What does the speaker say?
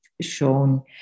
shown